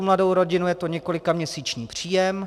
Pro mladou rodinu je to několikaměsíční příjem.